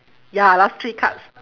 ya last three cards